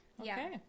Okay